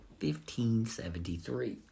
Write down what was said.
1573